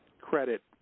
credit